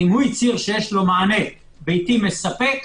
אם הוא הצהיר שיש לו מענה ביתי מספק,